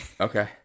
Okay